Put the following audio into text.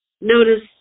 Notice